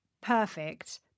perfect